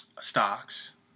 stocks